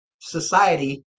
society